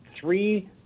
three